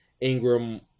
Ingram